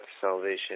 Salvation